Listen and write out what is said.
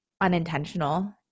unintentional